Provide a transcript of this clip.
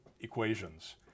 equations